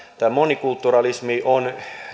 tämä monikulturalismi on